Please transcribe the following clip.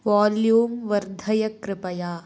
volume वर्धय कृपया